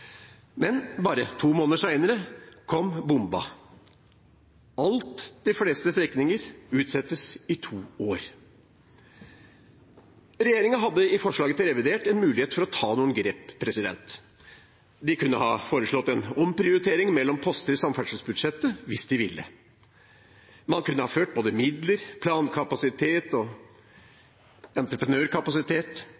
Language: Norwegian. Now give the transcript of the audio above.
Men bare to måneder senere kom bomben: Alt, de fleste strekninger, utsettes i to år. Regjeringen hadde i forslaget til revidert en mulighet til å ta noen grep. De kunne ha foreslått en omprioritering mellom poster i samferdselsbudsjettet hvis de ville. Man kunne ha ført både midler, plankapasitet og